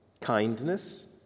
kindness